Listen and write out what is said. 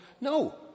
No